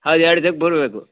ಹೌದು ಎರಡು ದಿವ್ಸಕ್ಕೆ ಫುಲ್ ಬೇಕು